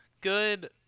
good